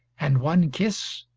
and one kiss?